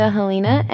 Helena